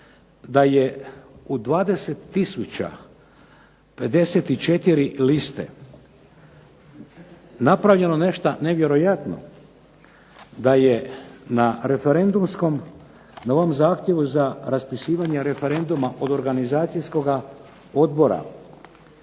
da je u 20 tisuća 54 liste, napravljeno nešto nevjerojatno. DA je na referendumskom, da je na ovome zahtjevu za raspisivanje referenduma od organizacijskoga odbora